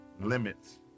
limits